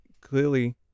clearly